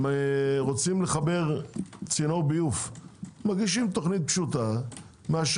להעביר צינור זה צריך תקינה מיוחדת?